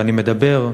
ואני מדבר,